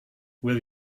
will